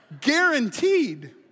Guaranteed